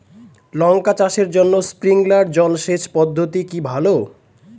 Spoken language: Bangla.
লঙ্কা চাষের জন্য স্প্রিংলার জল সেচ পদ্ধতি কি ভালো?